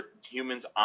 humans